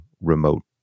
remote